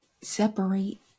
separate